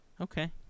Okay